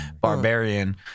Barbarian